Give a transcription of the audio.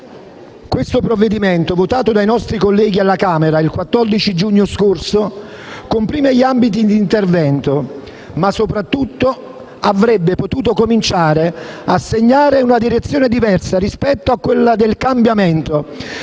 Questo provvedimento, votato dai nostri colleghi alla Camera il 14 giugno scorso, comprime gli ambiti d'intervento, ma soprattutto avrebbe potuto cominciare a segnare una direzione diversa rispetto a quella del cambiamento,